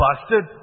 busted